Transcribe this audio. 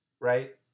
right